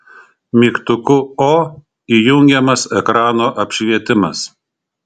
mygtuku o įjungiamas ekrano apšvietimas